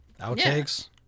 Outtakes